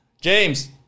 james